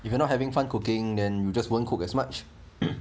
if you are not having fun cooking then you just won't cook as much